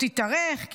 עוד תתארך,